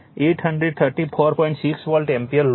6 volt ampere load હશે